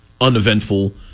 uneventful